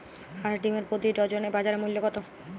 হাঁস ডিমের প্রতি ডজনে বাজার মূল্য কত?